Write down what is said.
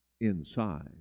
inside